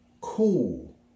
Cool